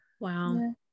wow